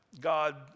God